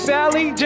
Sally